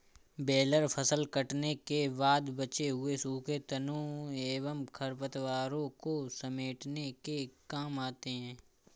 baler फसल कटने के बाद बचे हुए सूखे तनों एवं खरपतवारों को समेटने के काम आते हैं